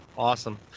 awesome